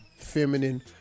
feminine